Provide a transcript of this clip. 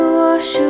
wash